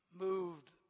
Moved